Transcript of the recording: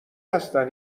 هستن